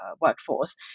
workforce